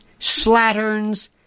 slatterns